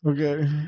Okay